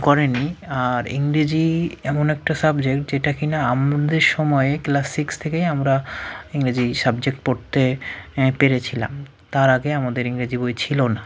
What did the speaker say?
করেনি আর ইংরেজি এমন একটা সাবজেক্ট যেটা কি না আমুলদের সময়ে ক্লাস সিক্স থেকেই আমরা ইংরেজি সাবজেক্ট পড়তে পেরেছিলাম তার আগে আমাদের ইংরেজি বই ছিলো না